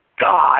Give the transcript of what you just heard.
God